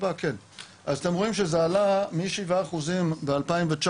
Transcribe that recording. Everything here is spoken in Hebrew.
מ-7% ב-2019,